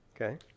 Okay